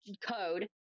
code